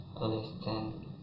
listen